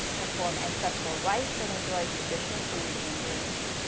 perform ancestral rites. and enjoy traditional food and games.